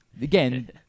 Again